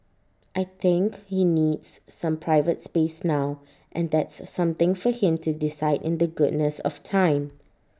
I think he needs some private space now and that's something for him to decide in the goodness of time